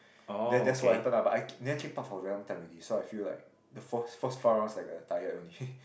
that that's what happen ah but I then keep up for a very long time already so I feel like the first four rounds like uh tired only